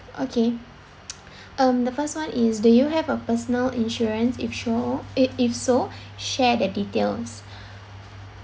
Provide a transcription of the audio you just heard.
okay um the first one is do you have a personal insurance if sho~ if if so share the details